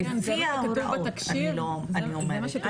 לפי ההוראות אני אומרת,